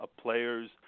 players